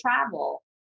travel